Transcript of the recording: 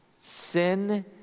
Sin